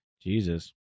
jesus